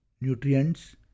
nutrients